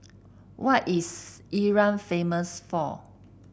what is Iran famous for